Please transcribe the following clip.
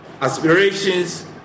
aspirations